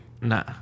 Nah